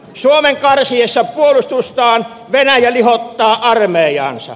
suomen karsiessa puolustustaan venäjä lihottaa armeijaansa